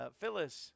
Phyllis